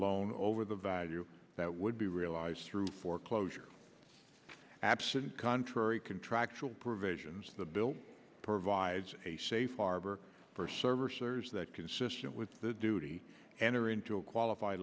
loan over the value that would be realized through foreclosure absent contrary contractual provisions of the bill provides a safe harbor for server shares that consistent with the duty enter into a qualified